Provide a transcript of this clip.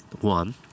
one